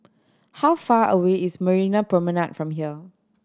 how far away is Marina Promenade from here